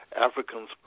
Africans